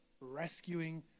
rescuing